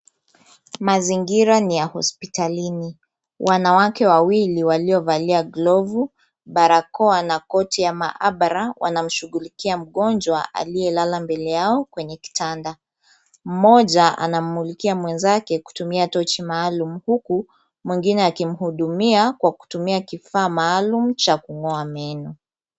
Mazingira ni ya hospitalini. Wanawake wawili waliovalia glovu, barakoa na koti ya maabara wanamshughulikia mgonjwa aliyelala mbele yao kwenye kitanda. Mmoja anammulikia mwenzake kutumia tochi maalum huku mwingine akimhudumia kwa kutumia kifaa maalum cha kung'oa meno.